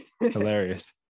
hilarious